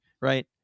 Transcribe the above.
Right